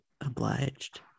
Obliged